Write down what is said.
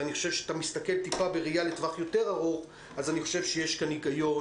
וכשמסתכלים בראייה לטווח יותר ארוך יש כאן היגיון